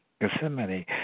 Gethsemane